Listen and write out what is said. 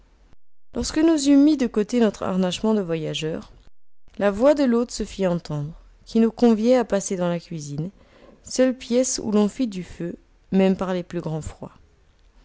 lorsque nous eûmes mis de côté notre harnachement de voyageurs la voix de l'hôte se fit entendre qui nous conviait à passer dans la cuisine seule pièce où l'on fit du feu même par les plus grands froids